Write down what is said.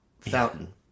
Fountain